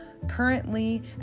Currently